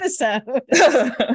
episode